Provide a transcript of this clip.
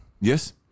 Yes